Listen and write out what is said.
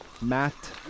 Matt